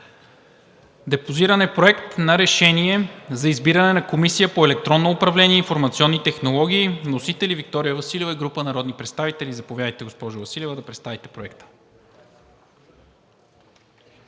Депозиран е Проект на решение за избиране на Комисия по електронно управление и информационни технологии. Вносители – Виктория Василева и група народни представители. Заповядайте, госпожо Василева да представите проекта.